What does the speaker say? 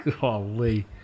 Golly